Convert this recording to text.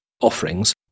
offerings